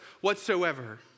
whatsoever